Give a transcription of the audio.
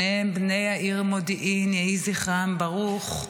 שניהם בני העיר מודיעין, יהיה זכרם ברוך.